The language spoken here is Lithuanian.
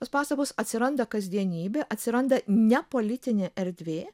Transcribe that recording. tos pasakos atsiranda kasdienybė atsiranda ne politinė erdvė